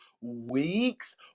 weeks